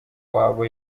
wabo